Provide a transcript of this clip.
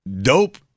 Dope